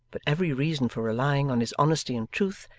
but every reason for relying on his honesty and truth,